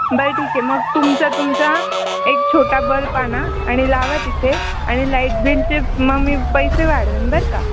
बरं ठीक आहे मग तुमचा तुमचा एक छोटा बल्प आणा आणि लावा तिथे आणि लाईट बिलचे मग मी पैसे वाढवेन बरं का